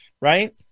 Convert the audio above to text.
right